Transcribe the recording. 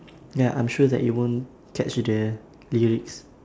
ya I'm sure that you won't catch the the lyrics